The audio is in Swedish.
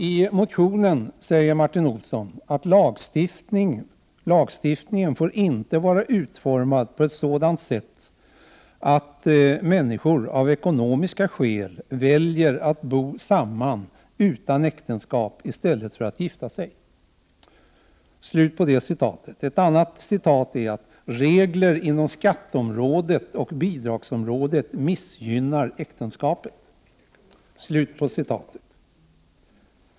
I motionen säger Martin Olsson att lagstiftningen får inte vara utformad på ett sådant sätt att människor av ekonomiska skäl väljer att bo samman utan äktenskap i stället för att gifta sig. Han anser vidare att regler inom skatteområdet och bidragsområdet missgynnar äktenskapet.